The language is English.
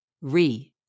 Re